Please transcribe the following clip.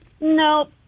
no